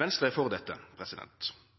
Venstre er for dette.